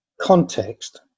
context